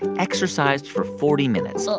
exercised for forty minutes. so